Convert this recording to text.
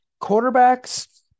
quarterbacks